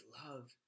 love